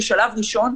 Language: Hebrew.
בשלב ראשון,